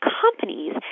companies